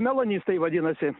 melanistai vadinasi